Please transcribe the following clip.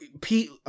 Pete